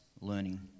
learning